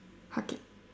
hug it